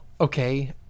okay